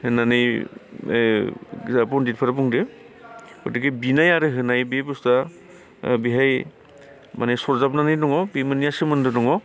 होननानै ओ जाहा पन्दितफोरा बुंदों गतिके बिनाय आरो होनाय बे बुस्थुआ ओ बेहाय माने सरजाबनानै दङ बे मोननैया सोमोन्दो दङ